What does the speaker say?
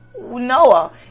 Noah